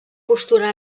postura